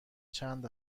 چند